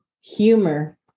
humor